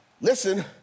Listen